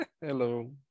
Hello